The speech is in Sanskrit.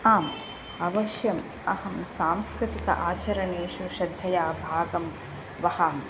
आम् अवश्यम् अहं सांस्कृतिक आचरणेषु श्रद्धया भागं वहामि